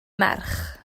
merch